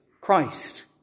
Christ